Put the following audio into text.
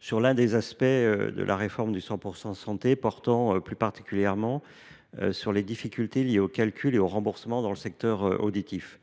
sur l’un des aspects de la réforme du 100 % santé portant plus particulièrement sur les difficultés liées aux calculs et aux remboursements dans le secteur auditif.